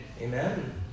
Amen